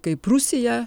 kaip rusija